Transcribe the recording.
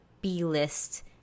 B-list